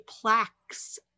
plaques